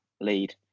lead